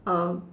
err